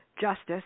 Justice